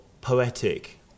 poetic